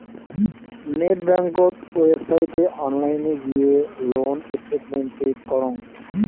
net বেংকত ওয়েবসাইটে online গিয়ে লোন স্টেটমেন্ট চেক করং